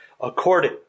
according